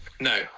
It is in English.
No